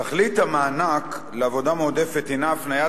תכלית המענק לעבודה מועדפת היא הפניית